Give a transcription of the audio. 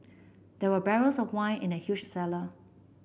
there were barrels of wine in the huge cellar